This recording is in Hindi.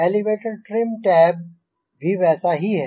एलेवेटर ट्रिम टैब भी वैसा ही है